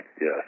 yes